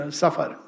suffer